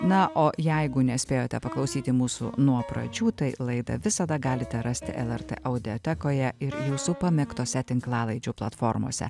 na o jeigu nespėjote paklausyti mūsų nuo pradžių tai laidą visada galite rasti lrt audiotekoje ir mūsų pamėgtose tinklalaidžių platformose